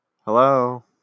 Hello